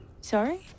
Sorry